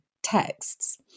texts